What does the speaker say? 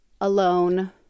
alone